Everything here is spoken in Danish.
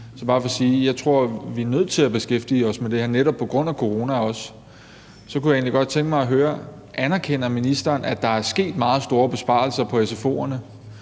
er bare for at sige, at jeg tror, vi er nødt til at beskæftige os med det her netop også på grund af corona. Så kunne jeg egentlig godt tænke mig at høre: Anerkender ministeren, at der er sket meget store besparelser på sfo'erne?